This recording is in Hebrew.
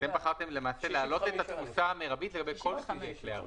בחרתם למעשה להעלות את התפוסה המרבית בכל סוגי כלי הרכב.